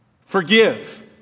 Forgive